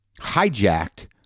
hijacked